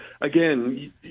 again